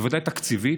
בוודאי תקציבית,